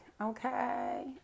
Okay